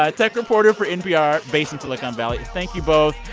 ah tech reporter for npr, based in silicon valley. thank you both.